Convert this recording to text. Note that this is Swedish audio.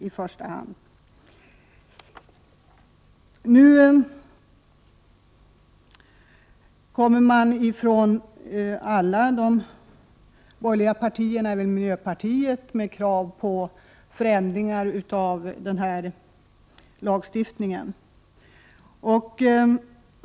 Nu framför alla de borgerliga partierna och även miljöpartiet krav på förändringar av lagstiftningen.